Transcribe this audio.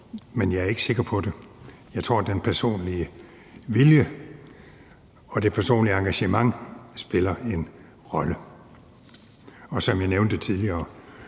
men jeg er ikke sikker på det. Jeg tror, den personlige vilje og det personlige engagement spiller en rolle. Som jeg nævnte tidligere,